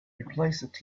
replace